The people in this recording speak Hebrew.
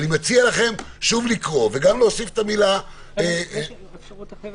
ואני מציע לכם שוב לקרוא וגם להוסיף את המילה --- יש גם אפשרות אחרת,